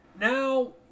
Now